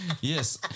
Yes